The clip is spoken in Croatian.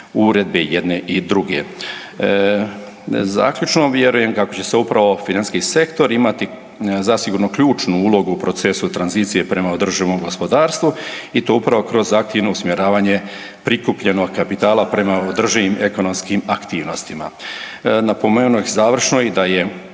uredbe jedne i druge. Zaključno, vjerujem kako će upravo financijski sektor imati zasigurno ključnu ulogu u procesu tranzicije prema održivom gospodarstvu i to upravo kroz aktivno usmjeravanje prikupljenog kapitala prema održivim ekonomskim aktivnostima. Napomenuo bih završno i da je